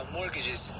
...mortgages